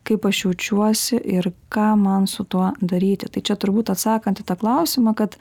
kaip aš jaučiuosi ir ką man su tuo daryti tai čia turbūt atsakant į tą klausimą kad